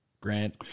Grant